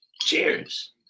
Cheers